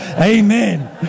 Amen